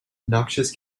noxious